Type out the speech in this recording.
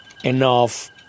enough